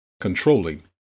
Controlling